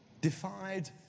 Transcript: Defied